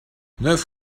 neuf